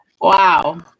Wow